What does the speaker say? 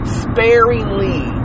sparingly